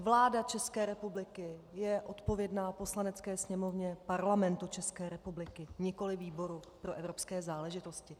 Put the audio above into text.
Vláda ČR je odpovědná Poslanecké sněmovně Parlamentu České republiky, nikoliv výboru pro evropské záležitosti.